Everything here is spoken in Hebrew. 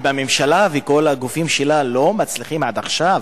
אם הממשלה וכל הגופים שלה לא מצליחים עד עכשיו